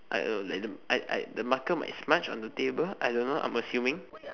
I don't know I I I the marker might smudge on the table I don't know I'm assuming